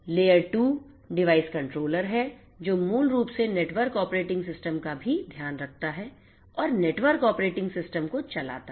layer 2 device controller है जो मूल रूप से नेटवर्क ऑपरेटिंग सिस्टम का भी ध्यान रखता है और नेटवर्क ऑपरेटिंग सिस्टम को चलाता है